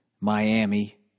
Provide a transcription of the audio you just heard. Miami